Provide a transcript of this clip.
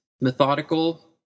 methodical